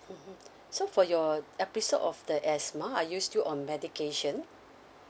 mm so for your episode of the asthma are you still on medication